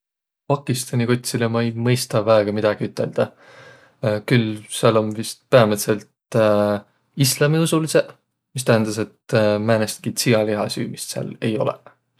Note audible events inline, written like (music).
Pakistani kotsilõ ma ei mõistaq väega midägi üteldäq. Küll sääl om vist päämädselt (hesitation) islamiusulidsõq? Mis tähendäs, et (hesitation) määnestki tsialihasüümist sääl ei olõq.